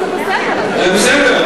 וזה בסדר.